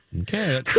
Okay